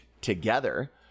together